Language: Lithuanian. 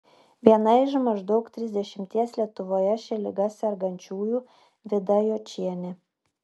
viena iš maždaug trisdešimties lietuvoje šia liga sergančiųjų vida jočienė